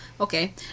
okay